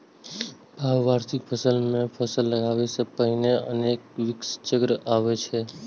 बहुवार्षिक फसल मे फल लागै सं पहिने अनेक विकास चक्र आबै छै